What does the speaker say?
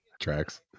tracks